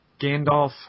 Gandalf